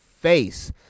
face